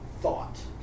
thought